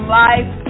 life